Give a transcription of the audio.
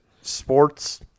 sports